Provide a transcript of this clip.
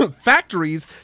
Factories